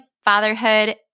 fatherhood